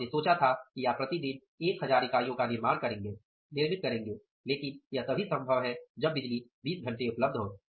तो आपने सोचा था कि आप प्रति दिन 1000 इकाइयों का निर्माण करेंगे लेकिन यह तभी संभव है जब बिजली 20 घंटे उपलब्ध हो